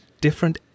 different